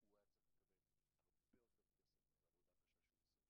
הוא היה צריך לקבל הרבה יותר כסף על העבודה הקשה שהוא עושה,